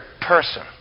person